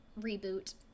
reboot